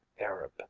Arab